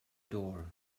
door